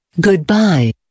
Goodbye